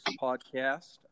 podcast